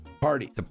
party